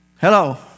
Hello